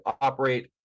operate